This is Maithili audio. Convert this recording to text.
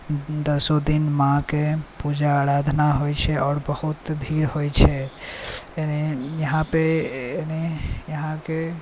दसो दिन माँके पूजा आराधना होइ छै आओर बहुत भीड़ होइ छै एनी यहाँपर एनी यहाँके